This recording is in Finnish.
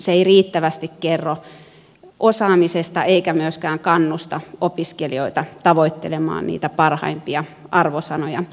se ei riittävästi kerro osaamisesta eikä myöskään kannusta opiskelijoita tavoittelemaan niitä parhaimpia arvosanoja